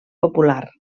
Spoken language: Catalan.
popular